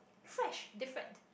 fresh different